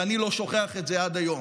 ואני לא שוכח את זה עד היום,